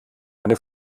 eine